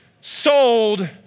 sold